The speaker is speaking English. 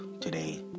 today